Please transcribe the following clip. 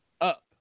up